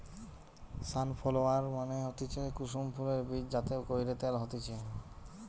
sunflower মানে হতিছে কুসুম ফুলের বীজ যাতে কইরে তেল হতিছে